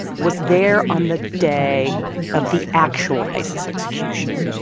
was there on the day of the actual isis execution.